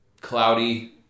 cloudy